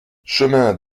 chemin